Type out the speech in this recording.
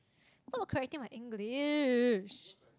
stop correcting my English